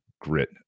grit